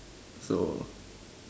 so